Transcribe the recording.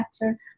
better